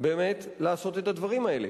לעשות את הדברים האלה.